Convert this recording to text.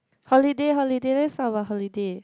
holiday holiday let's talk about holiday